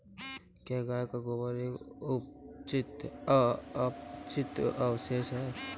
क्या गाय का गोबर एक अपचित अवशेष है?